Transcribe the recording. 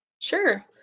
Sure